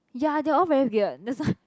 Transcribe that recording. ya they all very weird that's why